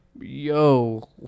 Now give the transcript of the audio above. Yo